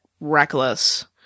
reckless